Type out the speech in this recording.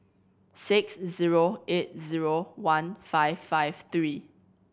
six zero eight zero one five five three